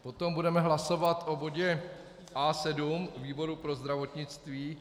Potom budeme hlasovat o bodě A7 výboru pro zdravotnictví.